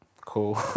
cool